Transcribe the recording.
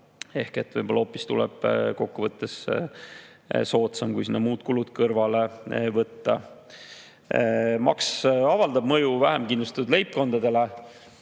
Ehk tuleb hoopis kokkuvõttes soodsam, kui sinna muud kulud kõrvale võtta. Maks avaldab mõju vähem kindlustatud leibkondadele